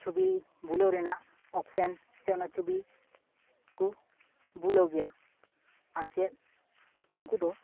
ᱪᱷᱩᱵᱤ ᱵᱩᱞᱟᱹᱣ ᱨᱮᱭᱟᱜ ᱚᱯᱥᱮᱱ ᱥᱮ ᱚᱱᱟ ᱪᱷᱩᱵᱤ ᱠᱚ ᱵᱩᱞᱟᱹᱣ ᱜᱮᱭᱟ ᱟᱨ ᱪᱮᱫ ᱩᱱᱠᱩ ᱫᱚ